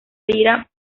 lira